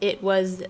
it was